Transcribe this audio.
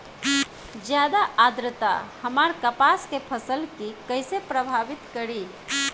ज्यादा आद्रता हमार कपास के फसल कि कइसे प्रभावित करी?